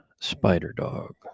Spider-Dog